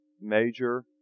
major